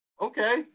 Okay